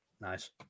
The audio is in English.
Nice